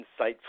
insightful